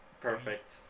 Perfect